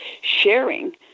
sharing